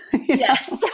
Yes